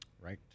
right